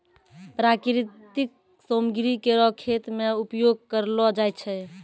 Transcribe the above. प्राकृतिक सामग्री केरो खेत मे उपयोग करलो जाय छै